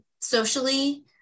socially